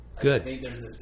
Good